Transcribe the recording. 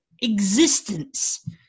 existence